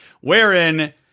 wherein